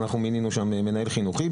מינינו שם מנהל חינוכי.